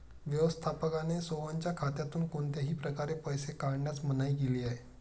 व्यवस्थापकाने सोहनच्या खात्यातून कोणत्याही प्रकारे पैसे काढण्यास मनाई केली आहे